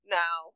now